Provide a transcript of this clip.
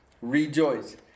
rejoice